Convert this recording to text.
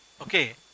Okay